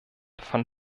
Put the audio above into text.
van